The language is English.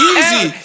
Easy